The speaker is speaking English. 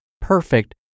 perfect